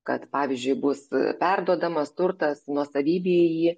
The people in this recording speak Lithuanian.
kad pavyzdžiui bus perduodamas turtas nuosavybė į jį